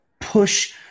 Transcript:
push